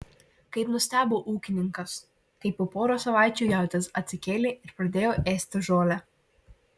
kaip nustebo ūkininkas kai po poros savaičių jautis atsikėlė ir pradėjo ėsti žolę